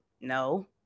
No